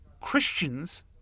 christians